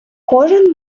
кожен